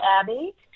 Abby